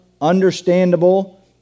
understandable